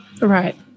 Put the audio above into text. Right